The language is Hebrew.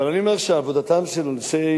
אבל אני אומר, קודם כול, שעבודתם של הסוהרים